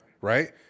right